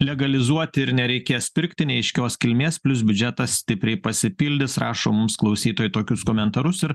legalizuoti ir nereikės pirkti neaiškios kilmės plius biudžetas stipriai pasipildys rašo mums klausytojai tokius komentarus ir